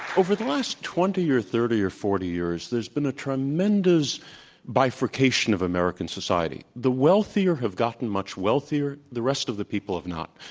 over the last twenty, or thirty, or forty years, there's been a tremendous bifurcation of american society. the wealthier have gotten much wealthier. the rest of the people have not.